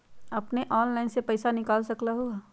अपने ऑनलाइन से पईसा निकाल सकलहु ह?